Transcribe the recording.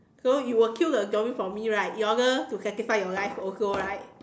so you will kill the zombie for me right in order to sacrifice your life also right